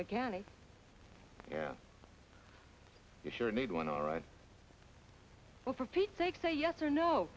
mechanic yeah you sure need one all right well for pete's sake say yes or no